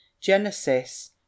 Genesis